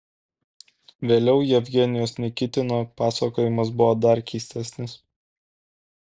vėliau jevgenijaus nikitino pasakojimas buvo dar keistesnis